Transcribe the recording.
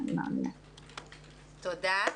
תודה.